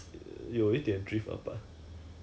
现在她 totally in office hor